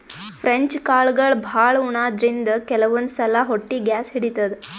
French ಕಾಳ್ಗಳ್ ಭಾಳ್ ಉಣಾದ್ರಿನ್ದ ಕೆಲವಂದ್ ಸಲಾ ಹೊಟ್ಟಿ ಗ್ಯಾಸ್ ಹಿಡಿತದ್